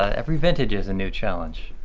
ah every vintage is a new challenge.